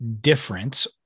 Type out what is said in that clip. difference